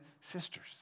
sisters